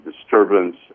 disturbance